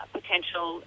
potential